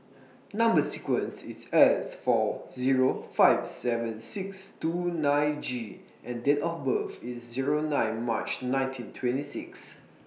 Number sequence IS S four Zero five seven six two nine G and Date of birth IS Zero nine March nineteen twenty six